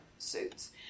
suits